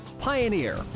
Pioneer